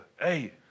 Hey